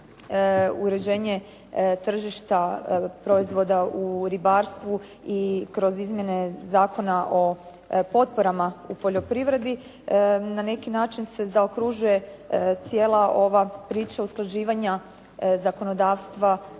uređenje tržišta proizvoda u ribarstvu i kroz izmjene Zakona o potporama u poljoprivredi na neki način se zaokružuje cijela ova priča usklađivanja